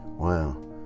Wow